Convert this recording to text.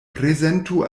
prezentu